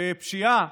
ופשיעה,